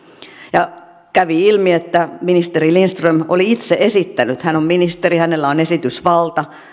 ja kävi ilmi että ministeri lindström oli itse esittänyt hän on ministeri hänellä on esitysvalta